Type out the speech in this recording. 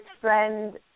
friend